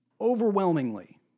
Overwhelmingly